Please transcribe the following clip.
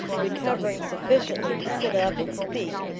recovering sufficiently to sit up and speak,